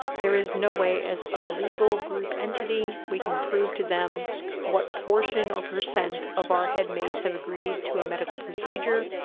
there is no way as a legal group entity we can prove to them what portion or percent of our head mates have agreed to a medical procedure,